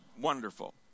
wonderful